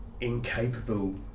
incapable